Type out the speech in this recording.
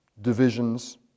divisions